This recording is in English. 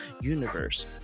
universe